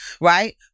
right